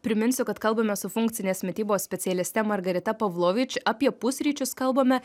priminsiu kad kalbame su funkcinės mitybos specialiste margarita pavlovič apie pusryčius kalbame